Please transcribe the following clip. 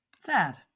sad